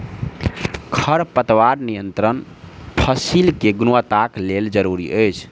खरपतवार नियंत्रण फसील के गुणवत्ताक लेल जरूरी अछि